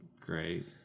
great